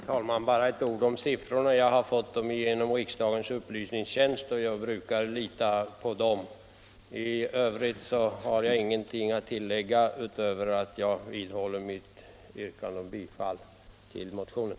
Herr talman! Bara ett ord om siffrorna. Jag har fått dem genom riksdagens upplysningstjänst, och jag brukar lita på den. I övrigt har jag ingenting att tillägga utöver att jag vidhåller mitt yrkande om bifall till motionen.